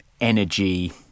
energy